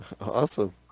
awesome